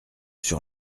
sur